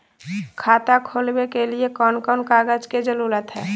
खाता खोलवे के लिए कौन कौन कागज के जरूरत है?